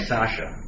Sasha